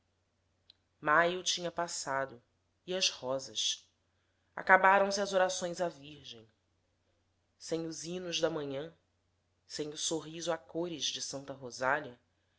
maio tinha passado e as rosas acabaram-se as orações à virgem sem os hinos da manhã sem o sorriso a cores de santa rosália